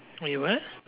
wait what